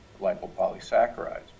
lipopolysaccharides